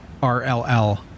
RLL